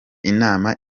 inama